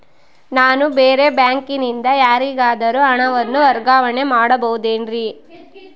ನಾನು ಬೇರೆ ಬ್ಯಾಂಕಿನಿಂದ ಯಾರಿಗಾದರೂ ಹಣವನ್ನು ವರ್ಗಾವಣೆ ಮಾಡಬಹುದೇನ್ರಿ?